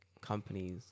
companies